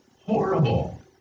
horrible